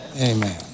Amen